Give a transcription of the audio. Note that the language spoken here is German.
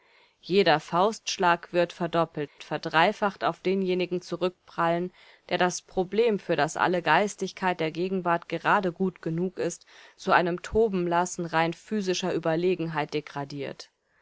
jeder faustschlag wird verdoppelt verdreifacht auf denjenigen zurückprallen der das problem für das alle geistigkeit der gegenwart gerade gut genug ist zu einem tobenlassen rein physischer überlegenheiten degradiert